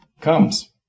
comes